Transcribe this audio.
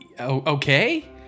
okay